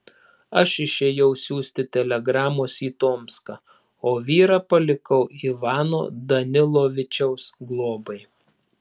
aš išėjau siųsti telegramos į tomską o vyrą palikau ivano danilovičiaus globai